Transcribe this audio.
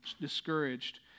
discouraged